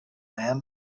man